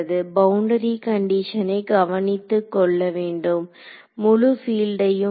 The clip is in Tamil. பவுண்டரி கண்டிஷனை கவனித்துக்கொள்ள வேண்டும் முழு பீல்டையும் அல்ல